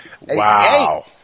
Wow